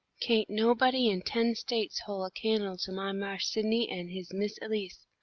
kain't nobody in ten states hole a can'le to my marse sidney an' his miss elise,